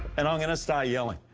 and i'm gonna start yelling.